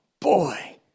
boy